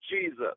Jesus